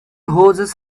hoses